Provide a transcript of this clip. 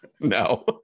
No